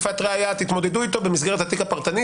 תתמודדו איתו במסגרת התיק הפרטני.